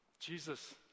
Jesus